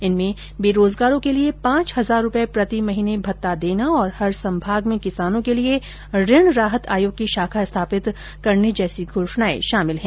इनमें बेरोजगारों के लिये पांच हजार रूपये प्रति महीने भत्ता देना और हर संभाग में किसानों के लिये ऋण राहत आयोग की शाखा स्थापित करने जैसी घोषणाएं शामिल है